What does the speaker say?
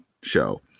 show